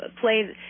play